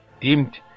deemed